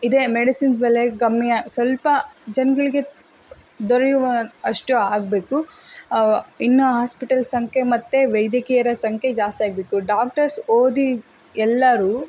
ಇದೆ ಮೆಡಿಸಿನ್ಸ್ ಬೆಲೆ ಸ್ವಲ್ಪ ಜನಗಳಿಗೆ ದೊರೆಯುವ ಅಷ್ಟು ಆಗಬೇಕು ಇನ್ನೂ ಹಾಸ್ಪಿಟಲ್ ಸಂಖ್ಯೆ ಮತ್ತು ವೈದ್ಯಕೀಯರ ಸಂಖ್ಯೆ ಜಾಸ್ತಿ ಆಗಬೇಕು ಡಾಕ್ಟರ್ಸ್ ಓದಿ ಎಲ್ಲರೂ